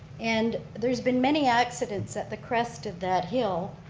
and there's been many accidents at the crest of that hill.